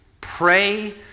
Pray